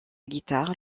guitare